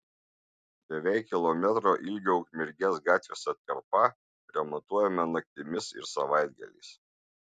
beveik kilometro ilgio ukmergės gatvės atkarpa remontuojama naktimis ir savaitgaliais